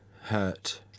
hurt